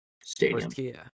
stadium